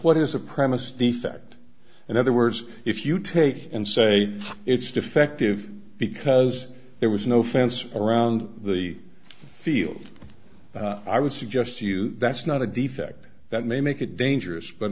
what is a premis defect in other words if you take it and say it's defective because there was no fence around the field i would suggest to you that's not a defect that may make it dangerous but